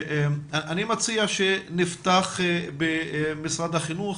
אני מציע שנפתח עם משרד החינוך,